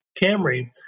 Camry